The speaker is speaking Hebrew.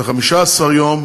ו-15 יום